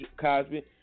Cosby